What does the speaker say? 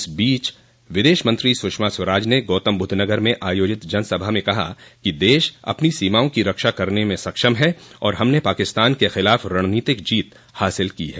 इस बीच विदेश मंत्री सुषमा स्वराज ने गौतमबुद्धनगर में अयोजित जनसभा में कहा कि देश अपनी सीमाओं की रक्षा करने में सक्षम है और हमने पाकिस्तान के खिलाफ रणनीतिक जीत हासिल की है